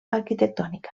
arquitectònica